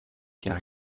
car